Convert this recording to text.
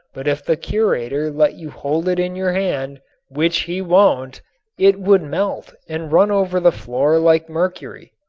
but if the curator let you hold it in your hand which he won't it would melt and run over the floor like mercury.